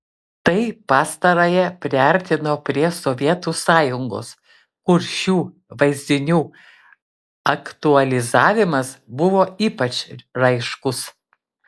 tai pastarąją priartino prie sovietų sąjungos kur šių vaizdinių aktualizavimas buvo ypač raiškus